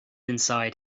inside